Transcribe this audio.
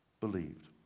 believed